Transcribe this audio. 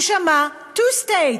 הוא שמע: two states,